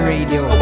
Radio